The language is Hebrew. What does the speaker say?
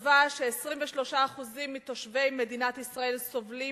קבע ש-23% מתושבי מדינת ישראל סובלים